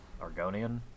Argonian